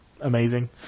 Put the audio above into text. amazing